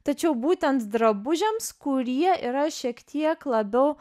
tačiau būtent drabužiams kurie yra šiek tiek labiau